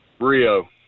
Rio